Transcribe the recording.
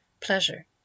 pleasure